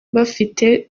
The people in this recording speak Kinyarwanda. bafite